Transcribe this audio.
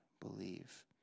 Believe